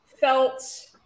felt